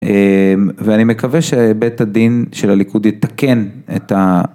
ואני מקווה שבית הדין של הליכוד יתקן את